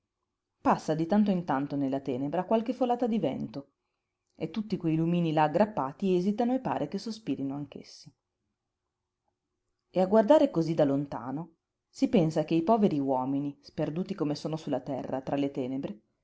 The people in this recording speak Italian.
passa di tanto in tanto nella tenebra qualche folata di vento e tutti quei lumini là aggruppati esitano e pare che sospirino anch'essi e a guardare cosí da lontano si pensa che i poveri uomini sperduti come sono sulla terra tra le tenebre